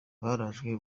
barajwe